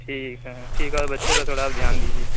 ٹھیک ہے ٹھیک ہے اور بچے پر تھوڑا آپ دھیان دیجیے